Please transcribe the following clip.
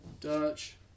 Dutch